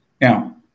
Now